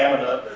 and